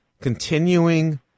continuing